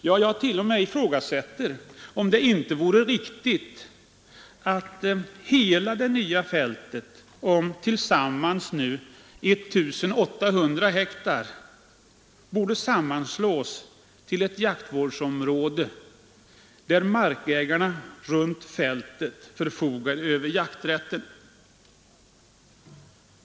Ja, jag t.o.m. ifrågasätter om det inte vore riktigt att hela det nya fältet om tillsammans 1800 hektar sammanslogs till ett jaktvårdsområde och markägarna runt fältet förfogade över jakträtten.